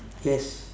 yes